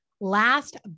Last